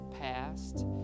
past